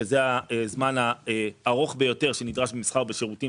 שזה הזמן הארוך ביותר שנדרש במסחר ובשירותים